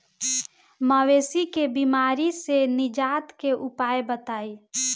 मवेशी के बिमारी से निजात के उपाय बताई?